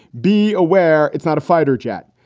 be aware it's not a fighter jet.